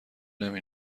نمی